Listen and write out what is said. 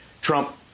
Trump